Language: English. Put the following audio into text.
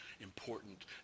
important